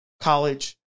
college